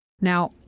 Now